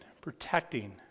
protecting